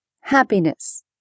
happiness